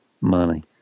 money